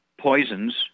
poisons